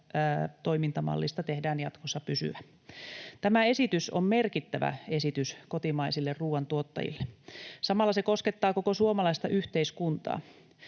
-toimintamallista tehdään jatkossa pysyvä. Tämä esitys on merkittävä esitys kotimaisille ruoantuottajille. Samalla se koskettaa koko suomalaista yhteiskuntaa.